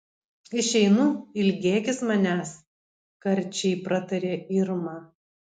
išeinu ilgėkis manęs karčiai pratarė irma